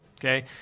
Okay